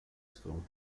school